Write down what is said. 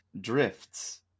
Drift's